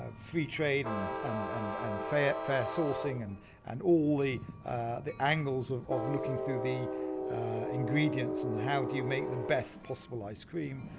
ah free trade and and and and fair fair sourcing and and all the the angles of of looking through the ingredients and how do you make the best possible ice cream,